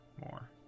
more